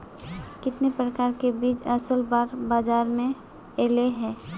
कितने प्रकार के बीज असल बार बाजार में ऐले है?